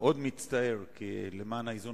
כאן כי ממשלת